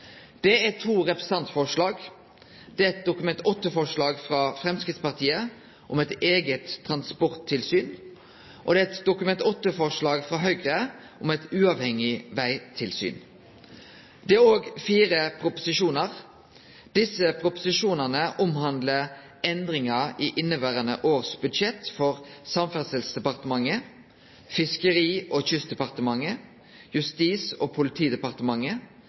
Det gjeld to representantforslag – eit Dokument 8-forslag frå Framstegspartiet om eit eige transporttilsyn og eit Dokument 8-forslag frå Høgre om eit uavhengig vegtilsyn. Det gjeld òg fire saker som omhandlar endringar i inneverande års budsjett for Samferdselsdepartementet, Fiskeri- og kystdepartementet, Justis- og politidepartementet